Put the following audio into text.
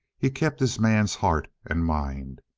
he kept his man's heart and mind.